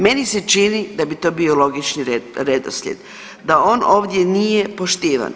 Meni se čini da bi to bio logični redoslijed, da on ovdje nije poštivan.